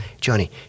Johnny